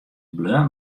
bleau